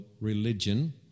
religion